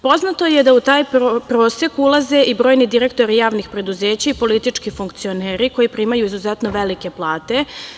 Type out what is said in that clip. Poznato je da u taj prosek ulaze i brojni direktori javnih preduzeća i politički funkcioneri koji primaju izuzetno velike plate.